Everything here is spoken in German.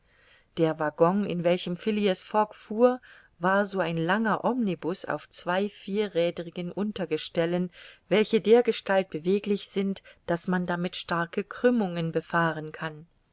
der waggon in welchem phileas fogg fuhr war so ein langer omnibus auf zwei vierräderigen untergestellen welche dergestalt beweglich sind daß man damit starke krümmungen befahren kann